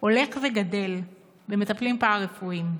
הולך וגדל במטפלים פארה-רפואיים.